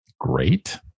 Great